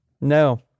No